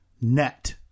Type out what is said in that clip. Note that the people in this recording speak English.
Net